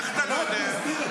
אין,